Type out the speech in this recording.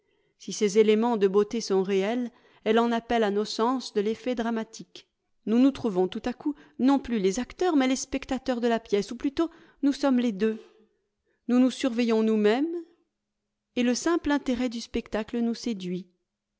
si ces éléments de beauté sont réels elle en appelle à nos sens de l'effet dramatique nous nous trouvons tout à coup non plus les acteurs mais les spectateurs de la pièce ou plutôt nous sommes les deux nous nous surveillons nous-mêmes et le simple intérêt du spectacle nous séduit